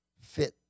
fit